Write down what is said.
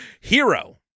Hero